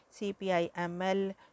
CPIML